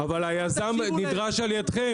אבל היזם נדרש על ידכם.